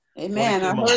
Amen